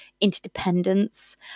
interdependence